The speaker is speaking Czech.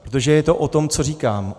Protože je to o tom, co říkám.